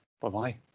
Bye-bye